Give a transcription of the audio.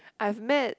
I've met